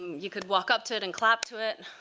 you could walk up to it and clap to it,